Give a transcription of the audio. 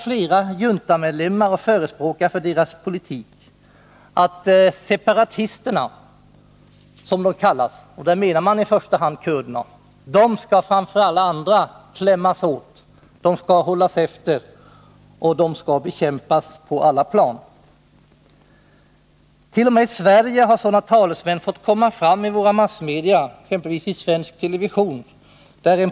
Flera juntamedlemmar och förespråkare för juntans politik har uttryckt, att separatisterna, som de kallas — där menar man i första hand kurderna — skall klämmas åt framför alla andra; de skall hållas efter och de skall bekämpas på alla plan. T. o. m. i Sverige har sådana talesmän fått komma fram i våra massmedia, exempelvis i svensk television.